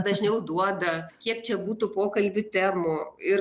dažniau duoda kiek čia būtų pokalbių temų ir